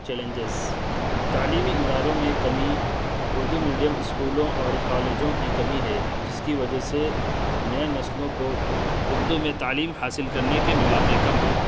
challenges تعلیمی اداروں میں کمی اردو میڈیم اسکولوں اور کالجوں کی کمی ہے جس کی وجہ سے نئے نسلوں کو اردو میں تعلیم حاصل کرنے کے مواقع کم ہیں